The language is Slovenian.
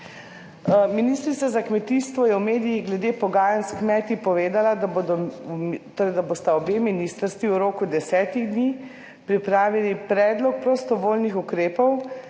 Ministrica za kmetijstvo je v medijih glede pogajanj s kmeti povedala, torej da bosta obe ministrstvi v roku desetih dni pripravili predlog prostovoljnih ukrepov